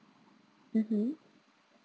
mmhmm